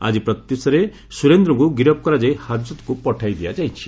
ଆଜି ପ୍ରତ୍ୟୁଷରେ ସୁରେନ୍ଦ୍ରଙ୍କୁ ଗିରଫ କରାଯାଇ ହାଜତ୍କୁ ପଠାଇ ଦିଆଯାଇଛି